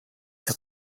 der